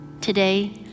today